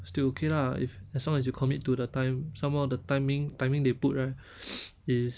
still okay lah if as long as you commit to the time somehow the timing timing they put right is